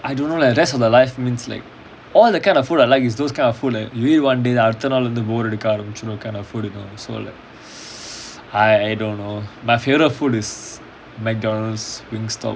I don't know leh rest of the life means like all the kind of food I like is those kind of food that you eat one day then after that அடுத்தநாள்வந்துபோர்அடிக்கஆரம்பிச்சிடும்:aduthanaal vandhu bore adika arambichidum kind of food you know so like I don't know my favourite food is McDonald's wingstop